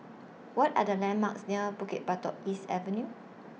What Are The landmarks near Bukit Batok East Avenue